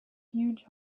huge